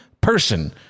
person